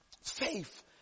Faith